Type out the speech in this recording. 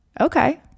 Okay